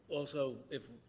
also if.